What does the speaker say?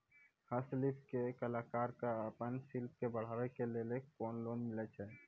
हस्तशिल्प के कलाकार कऽ आपन शिल्प के बढ़ावे के लेल कुन लोन मिलै छै?